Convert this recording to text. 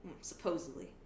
Supposedly